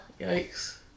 Yikes